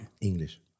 English